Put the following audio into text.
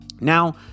Now